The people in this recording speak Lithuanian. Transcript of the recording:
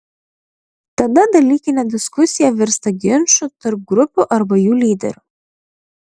tada dalykinė diskusija virsta ginču tarp grupių arba jų lyderių